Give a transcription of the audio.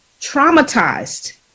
traumatized